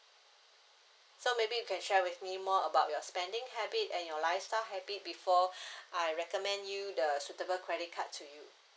so maybe you can share with me more about your spending habit and your lifestyle habit before I recommend you the suitable credit card to you